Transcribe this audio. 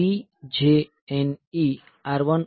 CJNE R10L2